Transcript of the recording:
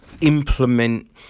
implement